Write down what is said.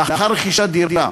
לאחר רכישת דירה.